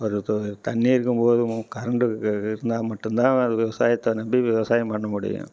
ஒரு இப்போ தண்ணி இருக்கும் போதும் கரண்டு இருக்கா இருந்தால் மட்டும் தான் அது விவசாயத்தை நம்பி விவசாயம் பண்ண முடியும்